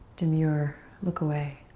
do your look away.